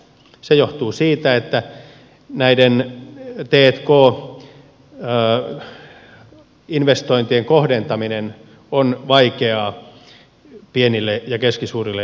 se johtuu siitä että näiden t k investointien kohdentaminen on vaikeaa pienille ja keskisuurille yrityksille